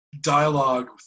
dialogue